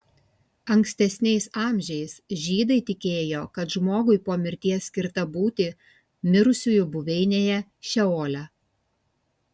ankstesniais amžiais žydai tikėjo kad žmogui po mirties skirta būti mirusiųjų buveinėje šeole